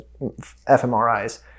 fMRIs